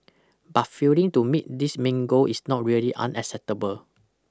but failing to meet this main goal is not really unacceptable